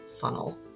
funnel